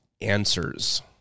answers